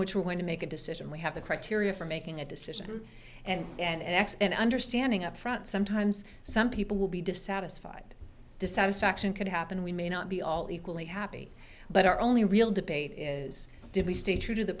which we're going to make a decision we have a criteria for making a decision and an x and understanding up front sometimes some people will be dissatisfied dissatisfaction can happen we may not be all equally happy but our only real debate is did we stay true to the